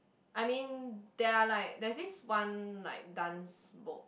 I mean there are like there's this one like dance book